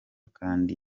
kandi